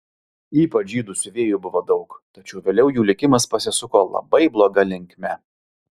ypač žydų siuvėjų buvo daug tačiau vėliau jų likimas pasisuko labai bloga linkme